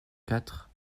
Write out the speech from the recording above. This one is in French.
quatre